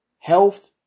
Health